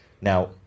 Now